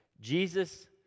Jesus